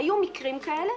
והיו מקרים כאלה.